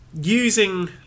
using